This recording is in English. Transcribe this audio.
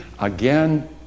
Again